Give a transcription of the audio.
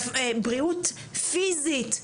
בריאות פיזית,